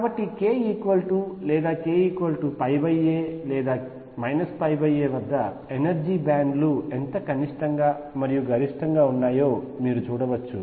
కాబట్టి k లేదా k a లేదా a వద్ద ఎనర్జీ బ్యాండ్ లు ఎంత కనిష్టంగా మరియు గరిష్టంగా ఉన్నాయో మీరు చూడవచ్చు